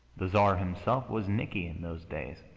the czar himself was nicky in those days,